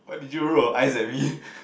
why did you roll your eyes at me